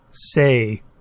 say